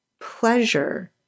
pleasure